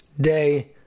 day